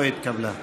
לא התקבלה.